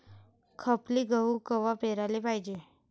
खपली गहू कवा पेराले पायजे?